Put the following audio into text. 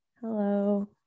Hello